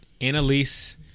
Annalise